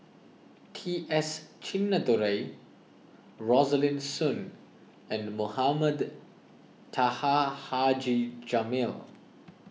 T S Sinnathuray Rosaline Soon and Mohamed Taha Haji Jamil